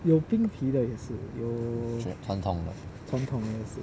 传统的